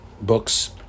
books